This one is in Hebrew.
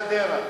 בחדרה,